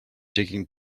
digging